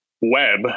web